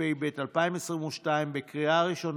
ההצעה להעביר את הצעת חוק משפחות חיילים שנספו במערכה (תגמולים ושיקום)